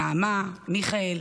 נעמה, מיכאל,